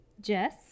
Jess